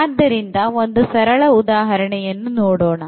ಆದ್ದರಿಂದ ಒಂದು ಸರಳ ಉದಾಹರಣೆಯನ್ನು ನೋಡೋಣ